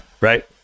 Right